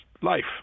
life